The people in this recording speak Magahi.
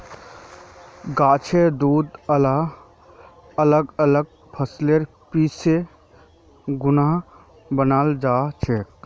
गाछेर दूध अलग अलग फसल पीसे खुना बनाल जाछेक